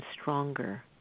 stronger